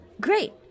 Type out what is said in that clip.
Great